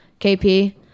KP